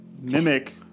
mimic